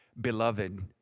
beloved